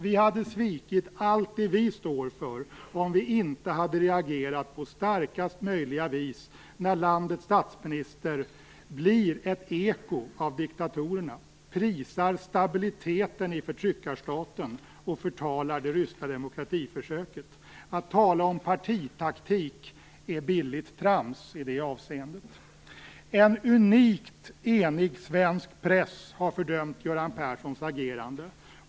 Vi hade svikit allt det som vi står för om vi inte hade reagerat på starkast möjliga vis när landets statsminister blir ett eko av diktatorerna och prisar stabiliteten i förtryckarstaten och förtalar det ryska demokratiförsöket. Att tala om partitaktik är billigt trams i det avseendet. En unikt enig svensk press har fördömt Göran Perssons agerande.